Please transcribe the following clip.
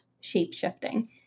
shape-shifting